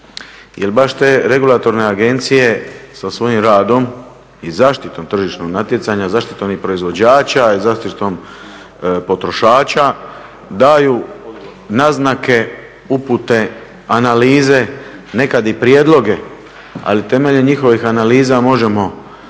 jer baš te regulatorne agencije sa svojim radom i zaštitom tržišnog natjecanja, zaštitom i proizvođača i zaštitom potrošača daju naznake, upute, analize nekad i prijedloge. Ali temeljem njihovih analiza možemo dobiti